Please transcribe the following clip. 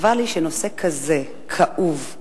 חבל לי שנושא כזה כאוב,